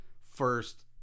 first